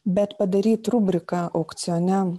bet padaryt rubriką aukcione